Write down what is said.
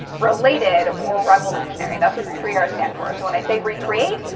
related, or revolutionary. that's what the three r's stand for. when i say recreate,